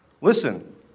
listen